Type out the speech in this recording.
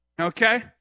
okay